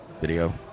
video